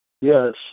Yes